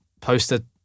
posted